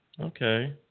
Okay